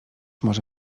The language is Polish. może